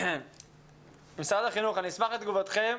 משרד החינוך, אשמח לתגובתכם.